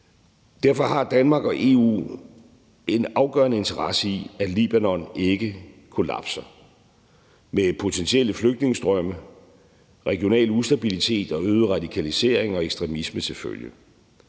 Derfor har Danmark og EU en afgørende interesse i, at Libanon ikke kollapser med potentielle flygtningestrømme, regional ustabilitet, øget radikalisering og ekstremisme til følge.